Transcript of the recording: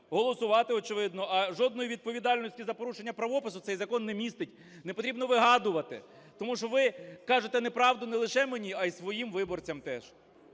голосувати, очевидно. А жодної відповідальності за порушення правопису цей закон не містить. Не потрібно вигадувати. Тому що ви кажете неправду не лише мені, а й своїм виборцям теж.